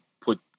put